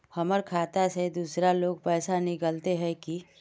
हमर खाता से दूसरा लोग पैसा निकलते है की?